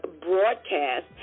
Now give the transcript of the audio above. broadcast